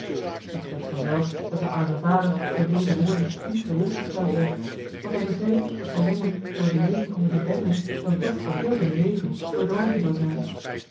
t spreekt van zelf dat de arme vader door deze woorjoh h been paddeltje de scheepsjongen van michiel de ruijter den niet gerustgesteld werd want hij begreep dat zijn jongen door het leven onder die bende dan toch voor heel zijn leven verdorven zou zijn